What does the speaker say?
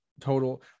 total